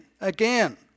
again